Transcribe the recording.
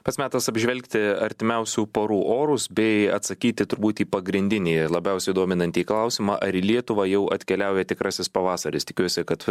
pats metas apžvelgti artimiausių parų orus bei atsakyti turbūt į pagrindinį labiausiai dominantį klausimą ar į lietuvą jau atkeliauja tikrasis pavasaris tikiuosi kad